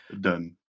done